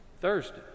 Thursday